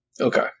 Okay